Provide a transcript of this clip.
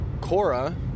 Cora